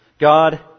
God